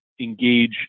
engage